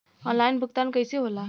Online भुगतान कईसे होला?